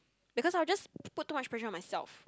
because I will just put too much pressure on myself